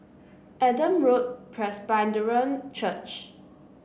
Adam Road Presbyterian Church